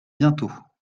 bientôt